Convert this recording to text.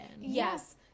Yes